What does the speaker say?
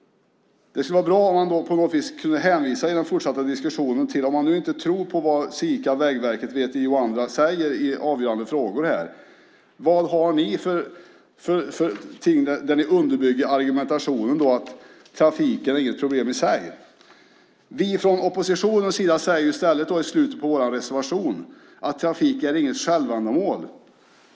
Om man nu inte tror på vad Sika, Vägverket, VTI och andra säger i de här avgörande frågorna vore det bra om man i den fortsatta diskussionen på något vis kunde hänvisa till vad det är man har som underbygger argumentationen att trafiken inte är ett problem i sig. Vi från oppositionens sida säger i stället i slutet på vår reservation: "Trafik är inget självändamål.